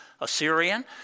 Assyrian